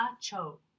Cho